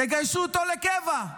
תגייסו אותו לקבע.